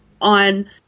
on